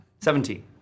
Seventeen